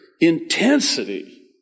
intensity